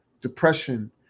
depression